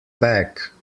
back